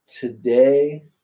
today